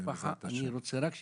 כנפגע משפחה אני רוצה רק שיקבל,